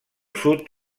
sud